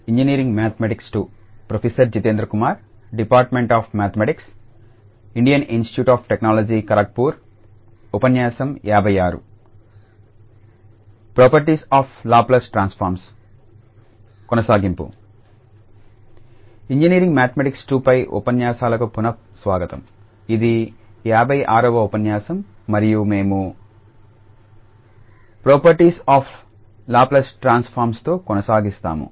engineering mathematics II పై ఉపన్యాసాలకు పునః స్వాగతంఇది 56 వ ఉపన్యాసం మరియు మేము ప్రాపర్టీస్ ఆఫ్ లాప్లేస్ ట్రాన్స్ఫార్మ్తో కొనసాగిస్తాము